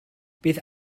bydd